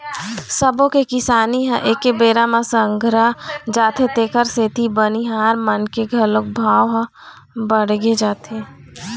सब्बो के किसानी ह एके बेरा म संघरा जाथे तेखर सेती बनिहार मन के घलोक भाव ह बाड़गे जाथे